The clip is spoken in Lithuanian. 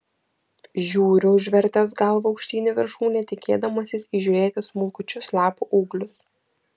žiūriu užvertęs galvą aukštyn į viršūnę tikėdamasis įžiūrėti smulkučius lapų ūglius